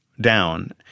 down